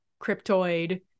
cryptoid